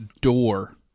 door